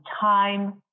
time